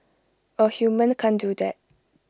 A human can't do that